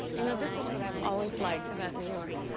you know, this is what i've always liked about new york